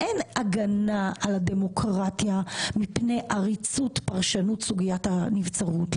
כאן אין הגנה על הדמוקרטיה מפני עריצות פרשנות סוגיית הנבצרות.